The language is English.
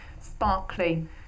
sparkly